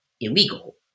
illegal